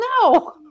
No